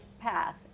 path